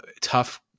tough